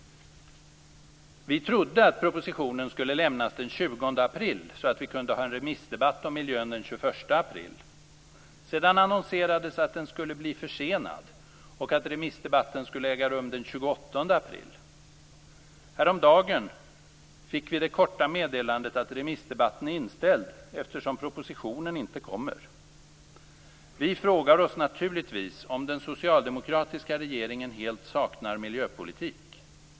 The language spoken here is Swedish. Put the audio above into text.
Vi trodde att propositionen skulle lämnas den 20 april så att vi kunde ha en remissdebatt om miljön den 21 april. Sedan annonserades det att den skulle bli försenad och att remissdebatten skulle äga rum den 28 april. Häromdagen fick vi det korta meddelandet att remissdebatten är inställd eftersom propositionen inte kommer. Vi frågar oss naturligtvis om den socialdemokratiska regeringen helt saknar miljöpolitik.